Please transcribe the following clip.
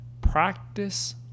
practice